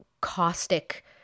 caustic